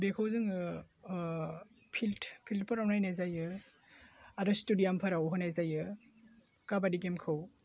बेखौ जोङो फिल्ड फिल्डफोराव नायनाय जायो आरो स्टेडियामफोराव होनाय जायो काबादि गेमखौ